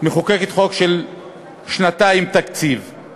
מחוקקת חוק של תקציב לשנתיים.